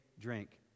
drink